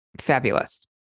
fabulous